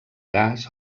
gas